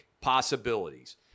possibilities